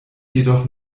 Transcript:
jedoch